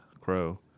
Crow